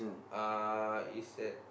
uh it's at